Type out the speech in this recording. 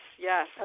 yes